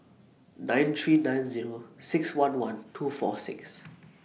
nine three nine Zero six one one two four six